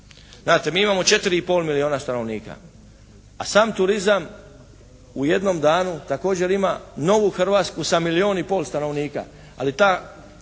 Znate, mi imamo 4 i pol milijuna stanovnika, a sam turizam u jednom danu također ima novu Hrvatsku sa milijun i pol stanovnika.